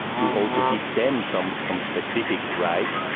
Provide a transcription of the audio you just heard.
to also give them some some specific rights,